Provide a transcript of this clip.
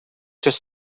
přes